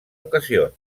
ocasions